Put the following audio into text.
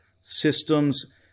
systems